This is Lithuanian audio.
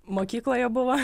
mokykloje buvo